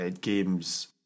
games